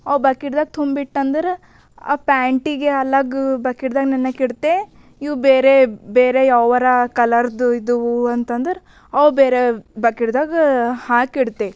ಅವು ಬಕೆಟ್ದಾಗ ತುಂಬಿಟ್ಟ ಅಂದ್ರೆ ಆ ಪ್ಯಾಂಟಿಗೆ ಅಲಗ್ ಬಕೆಟ್ದಾಗೇ ನೆನೆಯೋಕೆ ಇಟ್ಟೆ ಇವು ಬೇರೆ ಬೇರೆ ಯಾವಾರ ಕಲರ್ದು ಇದ್ದು ಅಂತಂದ್ರ ಅವು ಬೇರೆ ಬಕೆಟ್ದಾಗ ಹಾಕಿಡ್ತೆ